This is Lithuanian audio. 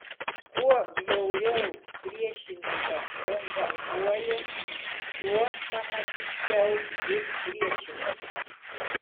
kuo bjauriau priešininkas bombarduoja tuo fanatiškiau ji priešinasi